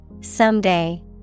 Someday